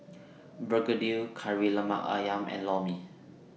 Begedil Kari Lemak Ayam and Lor Mee